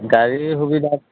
গাড়ীৰ সুবিধা